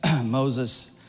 Moses